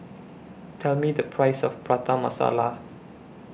Tell Me The Price of Prata Masala